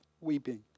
weeping